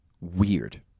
weird